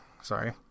sorry